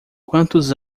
quantos